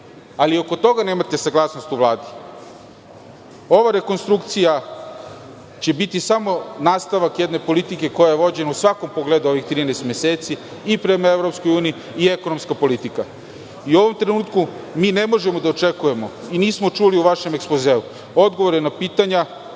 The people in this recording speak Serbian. i oko toga nemate saglasnost u Vladi. Ova rekonstrukcija će biti samo nastavak jedne politike koja je vođena u svakom pogledu u ovih 13 meseci, i prema EU i ekonomska politika. U ovom trenutku mi ne možemo da očekujemo i nismo čuli u vašem ekspozeu odgovore na pitanja